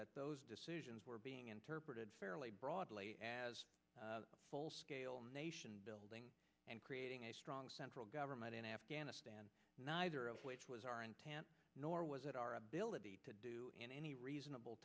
that those decisions were being interpreted fairly broadly as a full scale nation building and creating a strong central government in afghanistan neither of which was our intent nor was it our ability to do in any reasonable